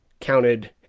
counted